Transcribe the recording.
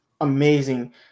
amazing